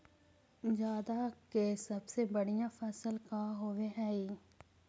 जादा के सबसे बढ़िया फसल का होवे हई?